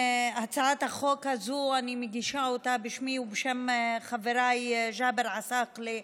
אני מגישה את הצעת החוק הזאת בשמי ובשם חבריי ג'אבר עסאקלה,